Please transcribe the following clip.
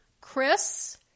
Chris